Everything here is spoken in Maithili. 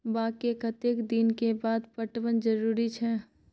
बाग के कतेक दिन के बाद पटवन जरूरी छै?